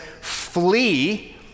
flee